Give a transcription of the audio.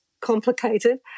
complicated